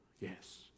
Yes